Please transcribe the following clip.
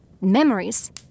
memories